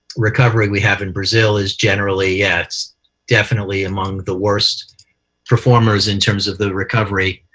recovery we have in brazil is generally, yeah, it's definitely among the worst performers in terms of the recovery.